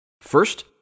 first